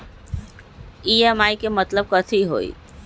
EMI के मतलब कथी होई?